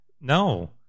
no